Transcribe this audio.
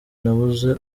nabuze